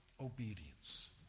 obedience